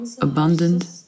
abundant